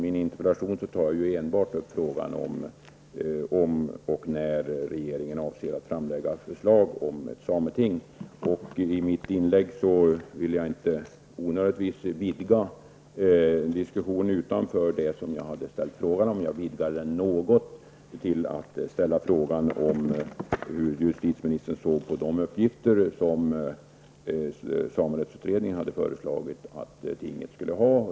Min interpellation tar endast upp frågan om när och om regeringen avser att framlägga förslag om ett sameting. I mitt inlägg vill jag inte onödigtvis vidga diskussionen utanför det jag ställde frågan om. Jag vidgade det något genom att ställa frågan om hur justitieministern såg på de uppgifter som samerättsutredningen har föreslagit att sametinget skulle ha.